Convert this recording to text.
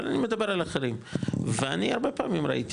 אבל אני מדבר על אחרים ואני הרבה פעמים ראיתי,